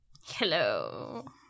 Hello